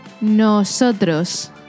Nosotros